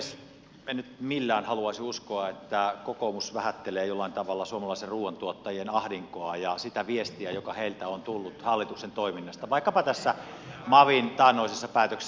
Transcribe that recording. en nyt millään haluaisi uskoa että kokoomus vähättelee jollain tavalla suomalaisten ruuantuottajien ahdinkoa ja sitä viestiä joka heiltä on tullut hallituksen toiminnasta vaikkapa tässä mavin taannoisessa päätöksessä